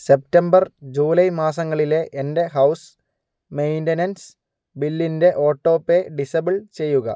September July മാസങ്ങളിലെ എൻ്റെ house maintenance ബില്ലിൻ്റെ ഓട്ടോ പേ ഡിസബിൾ ചെയ്യുക